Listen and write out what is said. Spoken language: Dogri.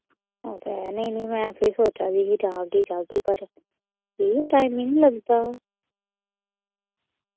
ओह् ते ऐ नेईं नेईं में फिर सोचा दी ही जाह्गे जाह्गे पर एह् टाइम ही नी लगदा